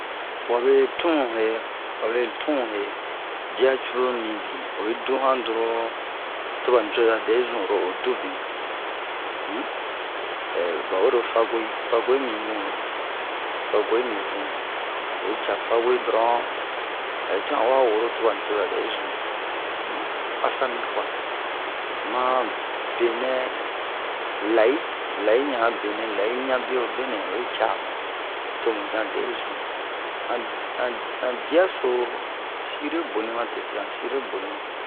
wabe tun he wa be tun ye dia cruru mibin oyi du han doron toba nicoza dɛri zun lo o dube um ɛ bawe ro fago'i fago'i mi bun fago'i mi bun oyi ca fago'i doron hɛ tian owa woro to bani coza dɛ'i zumu um mu asa mi kwa man benɛ layi layi yan a benɛ layi hi ɲa bewobe nɛ oyi camu tomu yan dɛ'i zun an an andia so sire boni ma tete han sire boni mu